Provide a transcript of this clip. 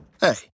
Hey